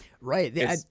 Right